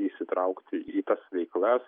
įsitraukti į tas veiklas